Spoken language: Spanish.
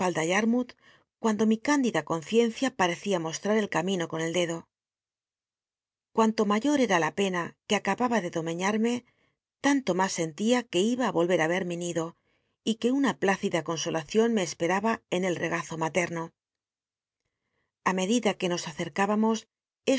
cuando mi c indida con ciencia pat'c ia mostrar el camino con rl dt do cuanto mayor ca la pena que acababa de domeñarle tanto mas sentía que iba i yohc i e mi nido y que una plücida consolacion me espetaba en el regazo ma letno a medida que nos acercübamos